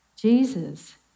Jesus